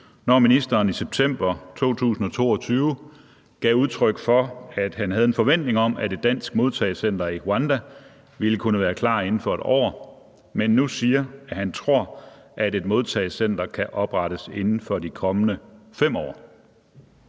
når ministeren i september 2022 gav udtryk for, at han havde en forventning om, at et dansk modtagecenter i Rwanda ville kunne være klar inden for 1 år, men nu siger, at han tror, at et modtagecenter kan oprettes inden for de kommende 5 år?